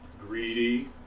Greedy